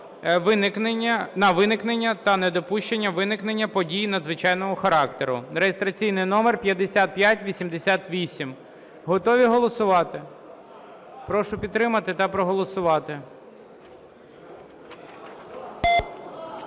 на виникнення та недопущення виникнення подій надзвичайного характеру (реєстраційний номер 5588). Готові голосувати? Прошу підтримати та проголосувати.